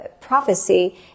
Prophecy